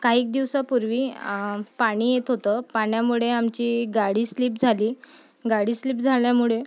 काही एक दिवसापूर्वी पाणी येत होतं पाण्यामुळे आमची गाडी स्लिप झाली गाडी स्लिप झाल्यामुळे